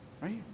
right